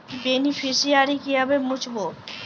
Beneficiary কিভাবে মুছব?